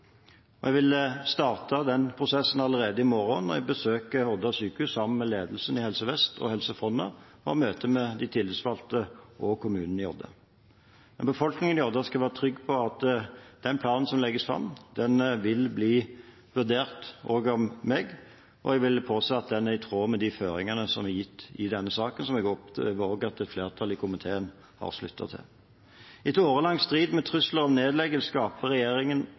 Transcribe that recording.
Jeg vil starte den prosessen allerede i morgen når jeg besøker Odda sjukehus sammen med ledelsen i Helse Vest og Helse Fonna og har møte med de tillitsvalgte og kommunen i Odda. Men befolkningen i Odda skal være trygg på at den planen som legges fram, vil bli vurdert av meg også, og jeg vil påse at den er i tråd med de føringene som er gitt i denne saken, som jeg opplever at også flertallet i komiteen har sluttet seg til. Etter en årelang strid med trusler om nedlegging skaper regjeringen